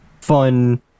fun